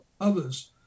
others